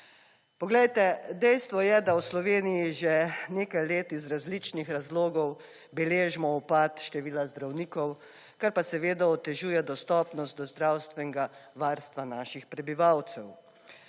Poglejte, dejstvo je, da v Sloveniji že nekaj let iz različnih razlogov beležimo upad števila zdravnikov, kar pa seveda otežuje dostopnost do zdravstvenega varstva naših prebivalcev.